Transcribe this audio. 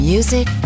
Music